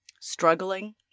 struggling